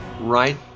right